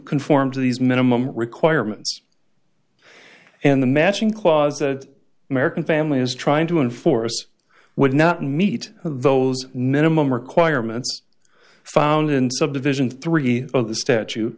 conform to these minimum requirements and the matching clause that american family is trying to enforce would not meet those niman requirements found in subdivision three of the statu